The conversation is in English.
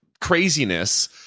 craziness